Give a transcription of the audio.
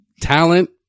talent